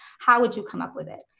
how would you come up with it?